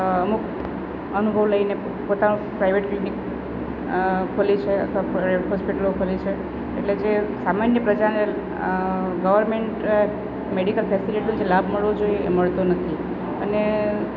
અમુક અનુભવ લઈને પોતાનું પ્રાઈવેટ ક્લિનિક ખોલે છે અથવા હોસ્પિટલો ખોલે છે એટલે જે સામાન્ય પ્રજાને ગવર્મેન્ટ મેડિકલ ફેસીલીટીનો જે લાભ મળવો જોઈએ એ મળતો નથી અને